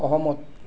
সহমত